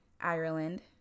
Ireland